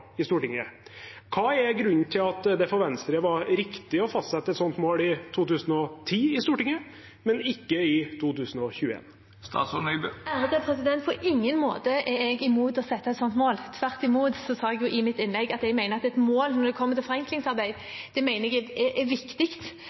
i Stortinget. Hva er grunnen til at det for Venstre var riktig å fastsette et slikt mål i 2010 i Stortinget, men ikke i 2021? Jeg er på ingen måte imot å sette et slikt mål. Tvert imot sa jeg i mitt innlegg at jeg mener at et mål når det kommer til forenklingsarbeid, er viktig. Jeg mener også at det er